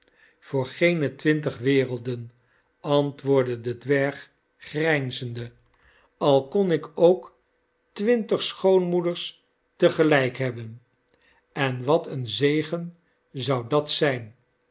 voor geene twintig werelden antwoordde de dwerg grijnzende al icon ik ook twintig schoonmoeders te gelijk hebben en wat een zegen zou dat zijn